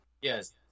Yes